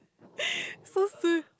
so soon